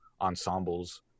ensembles